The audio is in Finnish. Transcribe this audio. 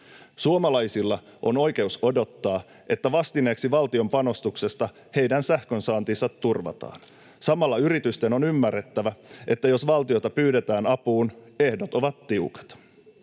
Suomalaisilla on oikeus odottaa, että vastineeksi valtion panostuksesta heidän sähkönsaantinsa turvataan. Samalla yritysten on ymmärrettävä, että jos valtiota pyydetään apuun, ehdot ovat tiukat.